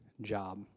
job